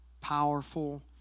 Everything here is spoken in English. powerful